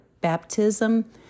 baptism